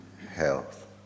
health